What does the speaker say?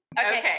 Okay